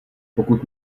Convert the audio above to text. pokud